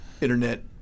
internet